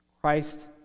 Christ